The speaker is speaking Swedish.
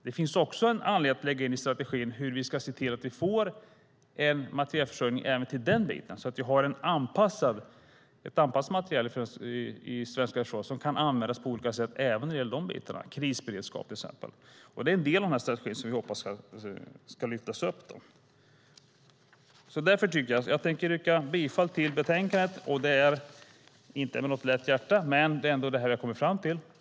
Det finns också anledning att lägga in i strategin hur vi ska se till att vi får en materielförsörjning även till den biten, så att vi har ett anpassat materiel i det svenska försvaret som kan användas på olika sätt, till exempel för krisberedskap. Det är en del av strategin som vi hoppas ska lyftas fram. Jag yrkar bifall till förslaget i betänkandet. Och jag gör det inte med lätt hjärta, men det är ändå det som jag har kommit fram till.